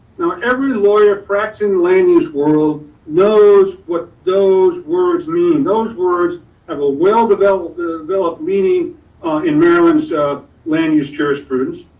now every lawyer practicing land use world knows what those words mean. those words have a well developed developed meaning in maryland so land use jurisprudence.